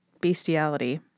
bestiality